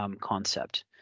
concept